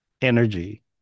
energy